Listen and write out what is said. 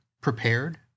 prepared